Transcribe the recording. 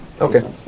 Okay